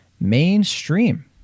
Mainstream